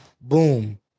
Boom